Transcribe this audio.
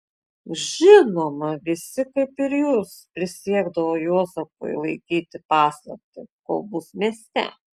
žinoma visi kaip ir jūs prisiekdavo juozapui laikyti paslaptį kol bus mieste